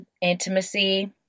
intimacy